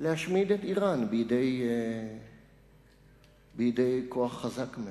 להשמיד את אירן בידי כוח חזק ממנה.